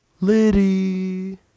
Liddy